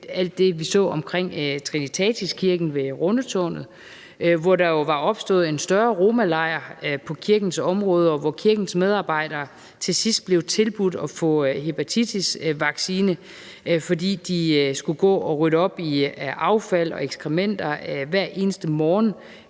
alt det, vi så ved Trinitatis Kirke ved Rundetaarn, hvor der var opstået en større romalejr på kirkens område, og hvor kirkens medarbejdere til sidst blev tilbudt at få hepatitisvaccine, fordi de skulle gå og rydde op i affald og ekskrementer hver eneste morgen